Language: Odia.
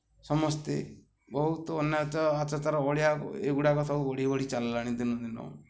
ସମସ୍ତେ ବହୁତ ଅନାୟତ୍ତ ଭଳିଆ ଏଗୁଡ଼ାକ ସବୁ ବଢ଼ି ବଢ଼ି ଚାଲିଲାଣି ଦିନୁ ଦିନକୁ